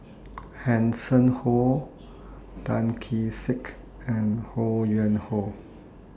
Hanson Ho Tan Kee Sek and Ho Yuen Hoe